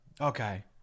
Okay